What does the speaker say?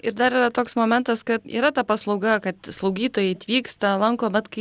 ir dar yra toks momentas kad yra ta paslauga kad slaugytojai atvyksta lanko vat kai